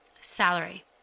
salary